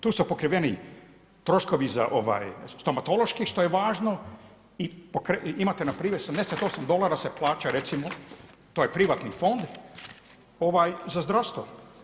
Tu su pokriveni troškovi za, stomatološki što je važno i imate npr. 78 dolara se plaća recimo, to je privatni fond za zdravstvo.